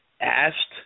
asked